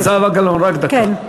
חברת הכנסת זהבה גלאון, רק דקה.